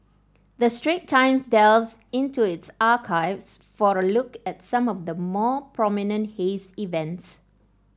the Straits Times delves into its archives for a look at some of the more prominent haze events